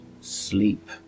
sleep